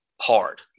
hard